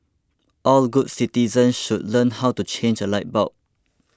all the good citizens should learn how to change a light bulb